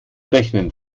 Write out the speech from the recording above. rechnen